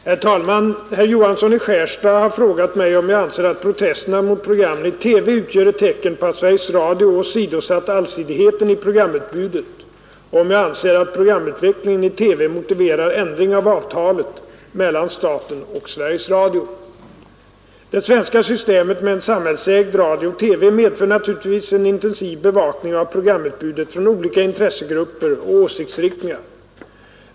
Herr talman! Herr Johansson i Skärstad har frågat mig om jag anser att protesterna mot programmen i TV utgör ett tecken på att Sveriges Radio åsidosatt allsidigheten i programutbudet, och om jag anser att programutvecklingen i TV motiverar ändring av avtalet mellan staten och Sveriges Radio. Det svenska systemet med en samhällsägd radio och TV medför naturligtvis en intensiv bevakning av programutbudet från olika intressegrupper och åsiktsriktningar.